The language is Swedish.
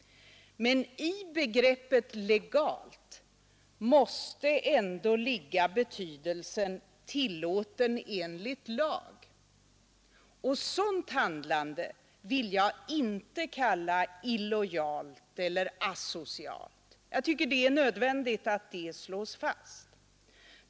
Men i begreppet legal måste ändå ligga betydelsen ”tillåten enligt lag”. Sådant handlande vill jag inte kalla illojalt eller asocialt. Jag tycker det är nödvändigt att det slås fast.